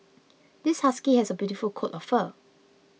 this husky has a beautiful coat of fur